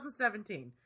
2017